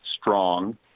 strong